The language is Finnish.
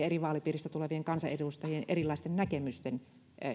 eri vaalipiireistä tulevien kansanedustajien erilaisten näkemysten